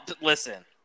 Listen